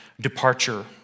departure